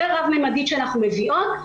היותר רב-ממדית שאנחנו מביאות,